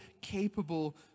capable